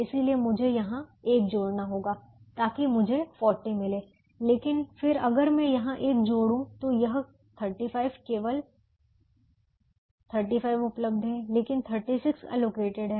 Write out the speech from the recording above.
इसलिए मुझे यहाँ 1 जोड़ना होगा ताकि मुझे 40 मिलें लेकिन फिर अगर मैं यहाँ 1 जोड़ूँ तो यह 35 केवल 35 उपलब्ध है लेकिन 36 एलोकेटड हैं